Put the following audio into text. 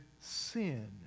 sin